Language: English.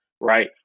right